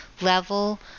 level